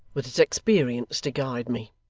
with its experience to guide me